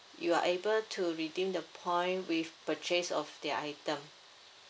you are able to redeem the points with purchase of their item